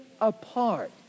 apart